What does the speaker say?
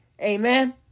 amen